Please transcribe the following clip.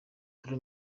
turi